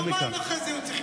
לא מכאן.